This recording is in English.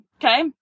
okay